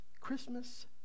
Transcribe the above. Christmas